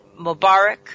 Mubarak